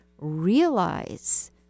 realize